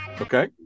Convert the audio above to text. Okay